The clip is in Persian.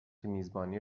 میزبانی